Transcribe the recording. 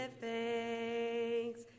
thanks